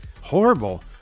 horrible